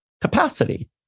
capacity